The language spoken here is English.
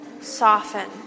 Soften